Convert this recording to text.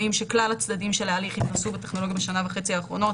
הצדדים של ההליך התנסו בטכנולוגיה בשנה וחצי האחרונות